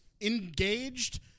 engaged